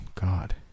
god